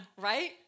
right